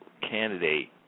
candidate